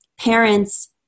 parents